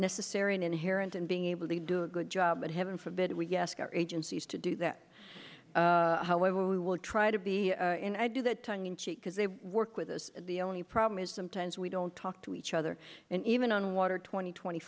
necessary and inherent in being able to do a good job but heaven forbid we ask our agencies to do that however we will try to be and i do that tongue in cheek because they work with us the only problem is sometimes we don't talk to each other and even on water twenty twenty